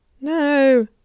No